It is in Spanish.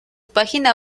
página